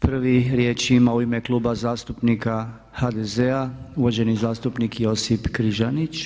Prvi riječ ima u ime Kluba zastupnika HDZ-a, uvaženi zastupnik Josip Križanić.